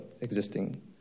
existing